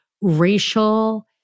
racial